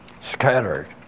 scattered